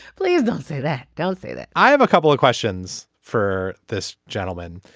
please don't say that. don't say that i have a couple of questions for this gentleman.